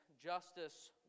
justice